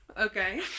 Okay